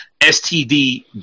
STD